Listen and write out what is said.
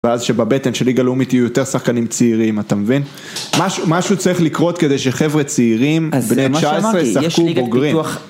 ואז שבבטן שליגה לאומית יהיו יותר שחקנים צעירים, אתה מבין? משהו צריך לקרות כדי שחבר'ה צעירים בני 19 ישחקו בוגרים.